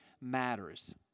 matters